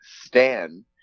Stan